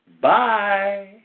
Bye